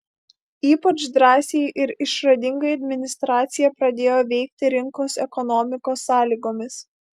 ypač drąsiai ir išradingai administracija pradėjo veikti rinkos ekonomikos sąlygomis